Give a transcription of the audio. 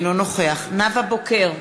אינו נוכח נאוה בוקר,